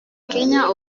kenya